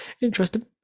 interesting